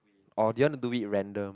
or do you want to do it random